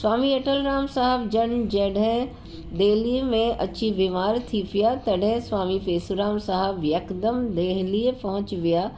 स्वामी अटलराम साहिबु जन जॾहिं दिल्ली में अची बीमारु थी पिया तॾहिं स्वामी पेसुराम साहिबु यकदम दिल्ली पहुची विया